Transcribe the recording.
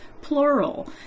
Plural